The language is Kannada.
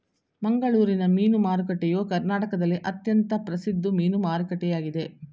ಮಂಗಳೂರಿನ ಮೀನು ಮಾರುಕಟ್ಟೆಯು ಕರ್ನಾಟಕದಲ್ಲಿ ಅತ್ಯಂತ ಪ್ರಸಿದ್ಧ ಮೀನು ಮಾರುಕಟ್ಟೆಯಾಗಿದೆ